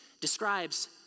describes